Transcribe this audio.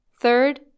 Third